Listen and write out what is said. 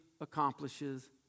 accomplishes